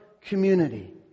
community